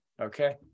Okay